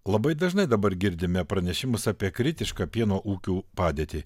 labai dažnai dabar girdime pranešimus apie kritišką pieno ūkių padėtį